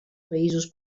països